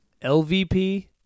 lvp